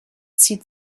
zieht